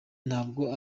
ntabwo